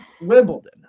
Wimbledon